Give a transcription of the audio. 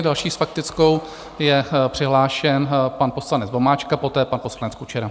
Další s faktickou je přihlášen pan poslanec Vomáčka, poté pan poslanec Kučera.